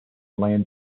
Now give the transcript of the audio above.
land